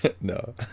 No